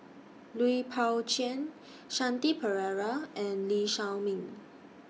Lui Pao Chuen Shanti Pereira and Lee Shao Meng